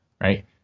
right